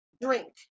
drink